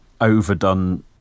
overdone